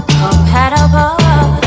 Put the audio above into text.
compatible